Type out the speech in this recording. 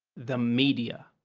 the media.